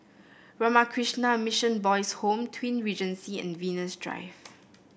Ramakrishna Mission Boys' Home Twin Regency and Venus Drive